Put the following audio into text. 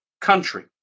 country